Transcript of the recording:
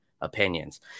opinions